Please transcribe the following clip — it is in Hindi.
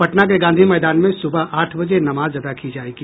पटना के गांधी मैदान में सुबह आठ बजे नमाज़ अदा की जाएगी